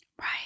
Right